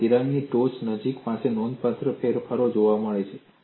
અને તિરાડની ટોચની નજીક તમને નોંધપાત્ર ફેરફાર જોવા મળે છે